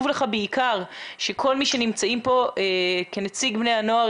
לך כדי שכל מי שנמצא כאן ישמע אותך כנציג בני הנוער,